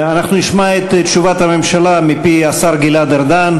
אנחנו נשמע את תשובת הממשלה מפי השר גלעד ארדן,